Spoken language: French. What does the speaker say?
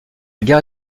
gare